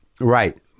Right